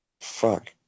Fuck